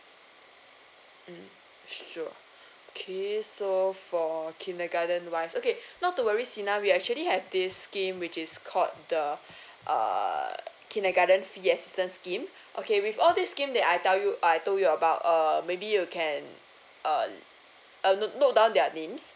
mm sure okay so for kindergarten wise okay not to worry Sina we actually have this scheme which is called the uh kindergarten fee assistance scheme okay with all this scheme that I tell you I told you about err maybe you can uh uh note note down their names